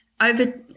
Over